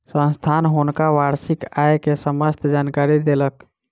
संस्थान हुनका वार्षिक आय के समस्त जानकारी देलक